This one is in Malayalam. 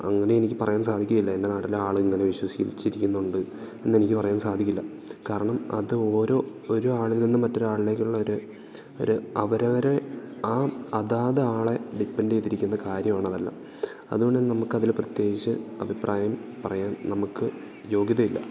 അങ്ങനെയെനിക്ക് പറയാൻ സാധിക്കുകയില്ല എൻ്റെ നാട്ടിലെ ആളുകൾ ഇങ്ങനെ വിശ്വസിച്ചിരിക്കുന്നുണ്ടോ എന്നെനിക്ക് പറയാൻ സാധിക്കില്ല കാരണം അത് ഓരോ ഒരാളിൽ നിന്നും മറ്റൊരാളിലേക്കൊള്ളൊര് ഒര് അവരവരെ ആ അതാതാളെ ഡിപ്പെൻഡ് ചെയ്തിരിക്കുന്ന കാര്യമാണതെല്ലാം അതുകൊണ്ട് തന്നെ നമുക്ക് അതിൽ പ്രത്യേകിച്ച് അഭിപ്രായം പറയാൻ നമുക്ക് യോഗ്യതയില്ല